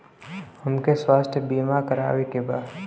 हमके स्वास्थ्य बीमा करावे के बा?